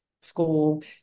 school